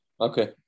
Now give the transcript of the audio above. Okay